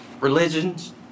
religions